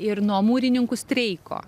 ir nuo mūrininkų streiko